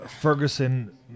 Ferguson